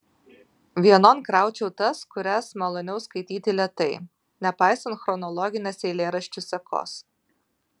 vienon kraučiau tas kurias maloniau skaityti lėtai nepaisant chronologinės eilėraščių sekos